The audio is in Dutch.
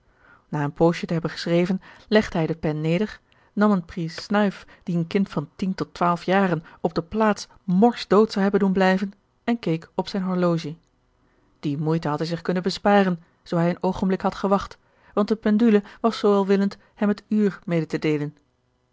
na een poosje te hebben geschreven legde hij de pen neder nam een prise snuif die een kind van tien tot twaalf jaren op de plaats morsdood zou hebben doen blijven en keek op zijn horologie die moeite had hij zich kunnen besparen zoo hij een oogenblik had gewacht want de pendule was zoo welwillend hem het uur mede te deelen